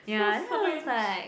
so strange